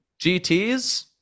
GTs